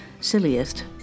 silliest